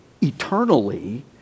eternally